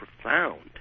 profound